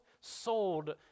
sold